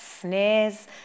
snares